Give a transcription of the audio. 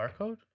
barcode